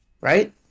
right